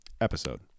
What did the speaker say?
episode